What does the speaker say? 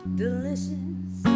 delicious